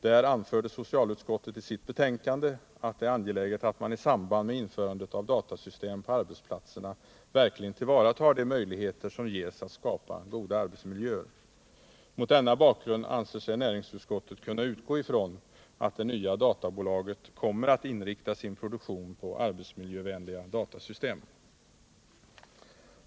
Då anförde socialutskottet i sitt betänkande att det är angeläget att man i samband med införandet av datasystem på arbetsplatserna verkligen tillvaratar de möjligheter som ges att skapa goda arbetsmiljöer. Mot denna bakgrund anser sig näringsutskottet kunna utgå från att det nya databolaget kommer att inrikta sin produktion på arbetsmiljövänliga datasystem.